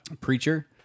preacher